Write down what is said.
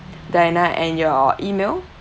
diana and your email